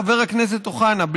חבר הכנסת אוחנה,